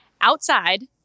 outside